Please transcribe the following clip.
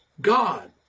God